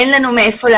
אין לנו מהיכן.